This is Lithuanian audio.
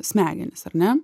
smegenis ar ne